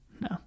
No